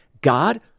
God